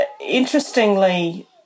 interestingly